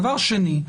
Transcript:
דבר שני.